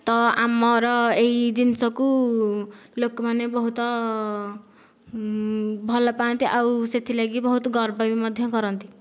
ତ ଆମର ଏହି ଜିନିଷକୁ ଲୋକମାନେ ବହୁତ ଭଲ ପାଆନ୍ତି ଆଉ ସେଥିଲାଗି ବହୁତ ଗର୍ବ ବି ମଧ୍ୟ କରନ୍ତି